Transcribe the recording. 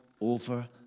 over